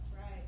right